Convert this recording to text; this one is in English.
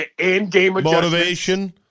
motivation